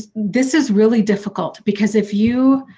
ah this is really difficult because if you